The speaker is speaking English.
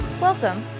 Welcome